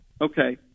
okay